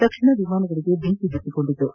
ತಕ್ಷಣ ವಿಮಾನಗಳಿಗೆ ಬೆಂಕಿ ಹತ್ತಿಕೊಂಡಿತು